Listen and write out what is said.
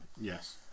Yes